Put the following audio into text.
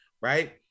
Right